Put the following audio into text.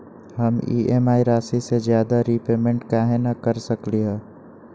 हम ई.एम.आई राशि से ज्यादा रीपेमेंट कहे न कर सकलि ह?